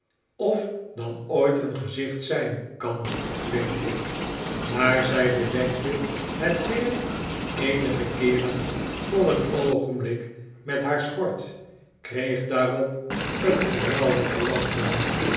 of dan ooit een gezicht zijn kan denk ik maar zij bedekte het weer eenige keeren voor een oogenblik met haar schort kreeg daarop een geweldige lachbui